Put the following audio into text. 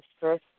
first